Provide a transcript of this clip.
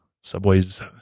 subway's